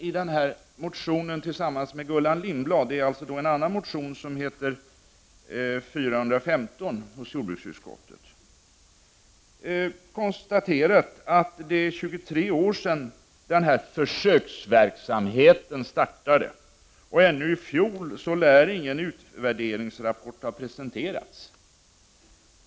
I motion Jo415, som jag väckt tillsammans med Gullan Lindblad, har vi konstaterat att det är 23 år sedan denna försöksverksamhet startade. Ännu i fjol lär ingen utvärderingsrapport ha presenterats.